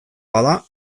bada